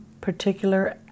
particular